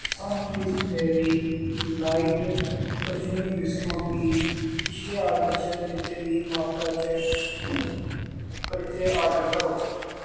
Sunfeast Marie light original biscuit गी पिछले order च दित्ती दी मात्रा च परतियै आडर करो